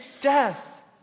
death